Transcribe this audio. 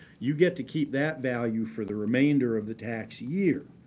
you get to keep that value for the remainder of the tax year.